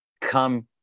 come